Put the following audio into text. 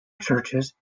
churches